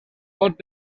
pot